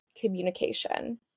communication